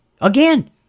Again